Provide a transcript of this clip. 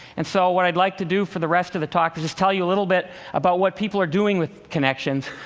and so what i'd like to do for the rest of the talk is just tell you a little bit about what people are doing with connexions,